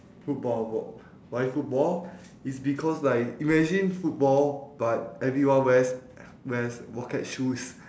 football ball why football is because like imagine football but everyone wears wears rocket shoes